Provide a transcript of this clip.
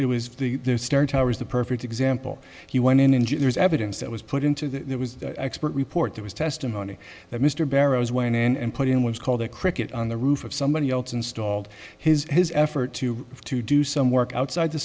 it was it was the towers the perfect example he went in and there's evidence that was put into the expert report there was testimony mr barrows went in and put in what's called a cricket on the roof of somebody else installed his his effort to to do some work outside the